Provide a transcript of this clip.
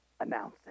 announcing